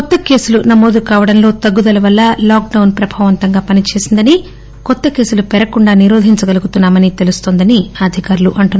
కొత్త కేసులు నమోదు కావడంలో తగ్గుదల వల్ల లాక్ డౌన్ ప్రభావవంతంగా పనిచేసిందని కొత్త కేసులు పెరగకుండా నిరోధించగలిగామనీ తెలుస్తోందని అధికారులు చెప్పారు